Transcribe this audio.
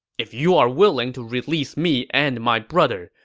if you are willing to release me and my brother,